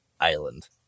Island